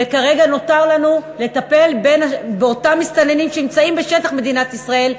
וכרגע נותר לנו לטפל באותם מסתננים שנמצאים בשטח מדינת ישראל,